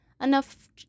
enough